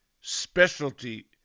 specialty